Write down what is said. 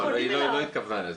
פונים אליו,